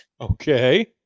Okay